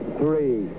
three